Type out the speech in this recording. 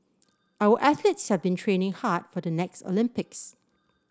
our athletes have been training hard for the next Olympics